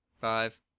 Five